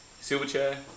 Silverchair